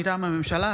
מטעם הממשלה,